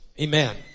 Amen